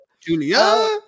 Julia